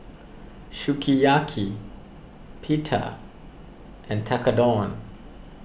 Sukiyaki Pita and Tekkadon